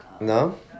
No